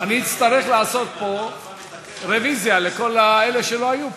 אני אצטרך לעשות פה רוויזיה לכל אלה שלא היו פה.